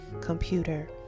computer